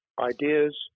Ideas